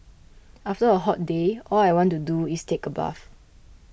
after a hot day all I want to do is take a bath